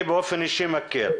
אני באופן אישי מכיר.